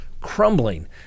crumbling